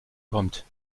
kommt